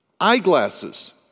eyeglasses